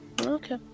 Okay